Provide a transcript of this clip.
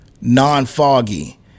non-foggy